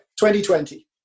2020